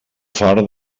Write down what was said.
far